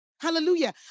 Hallelujah